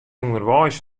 ûnderweis